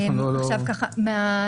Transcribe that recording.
עוד פעם.